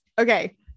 Okay